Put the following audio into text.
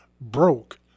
broke